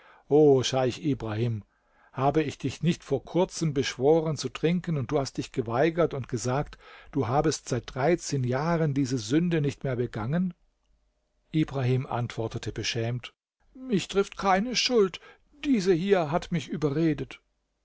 scheich ibrahim habe ich dich nicht vor kurzem beschworen zu trinken und du hast dich geweigert und gesagt du habest seit dreizehn jahren diese sünde nicht mehr begangen ibrahim antwortete beschämt mich trifft keine schuld diese hier hat mich überredet